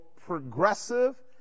progressive